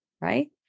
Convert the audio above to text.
right